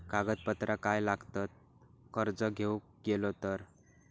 कागदपत्रा काय लागतत कर्ज घेऊक गेलो तर?